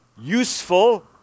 useful